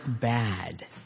bad